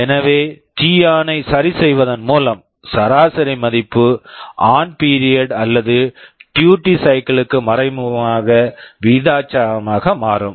எனவே T on t on ஐ சரிசெய்வதன் மூலம் சராசரி மதிப்பு ஆன் பீரியட் on period அல்லது டியூட்டி சைக்கிள் duty cycle க்கு மறைமுகமாக விகிதாசாரமாக மாறும்